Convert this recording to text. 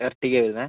Ertiga ആണോ വരുന്നത്